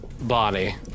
body